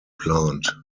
plant